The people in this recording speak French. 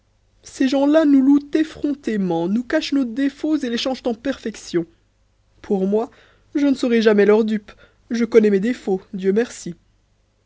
ces gens-là nous louent effrontément nous cachent nos défauts et les changent en perfections pour moi je ne serai jamais leur dupe je connais mes défauts dieu merci